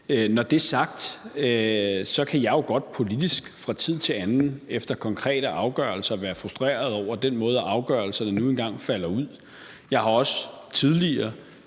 Når det er sagt, kan jeg jo godt politisk fra tid til anden efter konkrete afgørelser være frustreret over den måde, afgørelserne nu engang falder ud på. Jeg har også tidligere